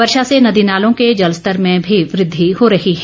वर्षा से नदी नालों के जलस्तर में भी वृद्धि हो रही है